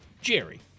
Jerry